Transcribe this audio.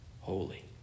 holy